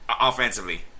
Offensively